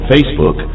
Facebook